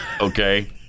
okay